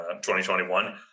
2021